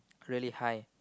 really high